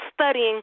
studying